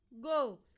go